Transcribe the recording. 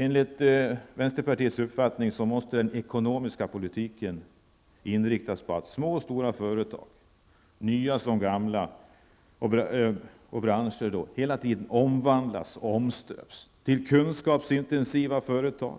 Enligt vänsterpartiets uppfattning måste den ekonomiska politiken inriktas på att små och stora företag, nya såväl som gamla, hela tiden skall omvandlas och omstöpas till kunskapsintensiva företag.